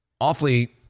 awfully